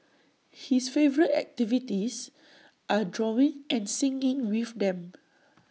his favourite activities are drawing and singing with them